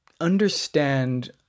understand